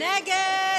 נגד?